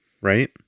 right